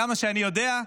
כמה שאני יודע,